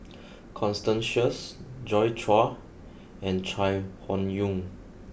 Constance Sheares Joi Chua and Chai Hon Yoong